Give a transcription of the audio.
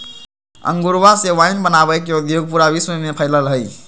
अंगूरवा से वाइन बनावे के उद्योग पूरा विश्व में फैल्ल हई